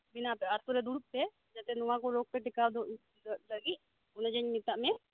ᱵᱮᱱᱟᱣ ᱯᱮ ᱟᱛᱳᱨᱮ ᱫᱩᱲᱩᱵ ᱯᱮ ᱡᱟᱛᱮ ᱱᱚᱣᱟᱠᱩ ᱨᱳᱜᱽᱯᱮ ᱴᱮᱠᱟᱣ ᱫᱩᱜ ᱫᱟᱨᱟᱢ ᱞᱟᱹᱜᱤᱫ ᱢᱮᱛᱟᱜ ᱢᱮ